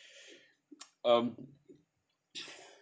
um